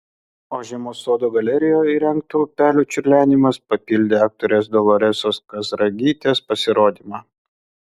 o žiemos sodo galerijoje įrengto upelio čiurlenimas papildė aktorės doloresos kazragytės pasirodymą